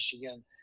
Michigan